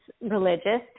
religious